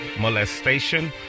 molestation